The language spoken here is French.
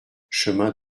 chemin